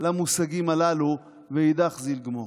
למושגים הללו, ואידך זיל גמור.